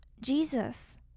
Jesus